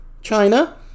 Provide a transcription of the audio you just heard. China